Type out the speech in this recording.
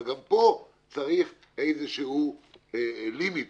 אבל גם פה צריך איזושהי limit מסוים.